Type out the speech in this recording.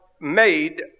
made